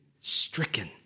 stricken